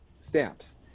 stamps